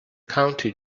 county